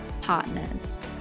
partners